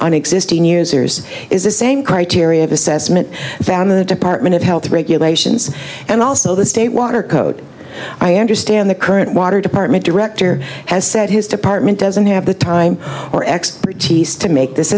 an existing users is the same criteria of assessment than the department of health regulations and also the state water code i understand the current water department director has said his department doesn't have the time or expertise to make this